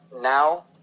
now